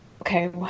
okay